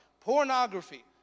pornography